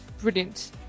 brilliant